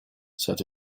said